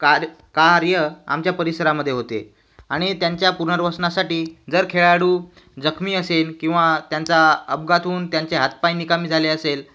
car कार्य आमच्या परिसरामध्ये होते आणि त्यांच्या पुनर्वसनासाठी जर खेळाडू जखमी असेल किंवा त्यांचा अपघात होऊन त्यांचे हातपाय निकामी झाले असेल